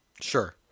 Sure